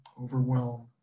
overwhelm